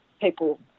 people